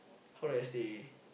how do I say